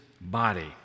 body